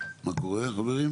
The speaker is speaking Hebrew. אז חברת נת"ע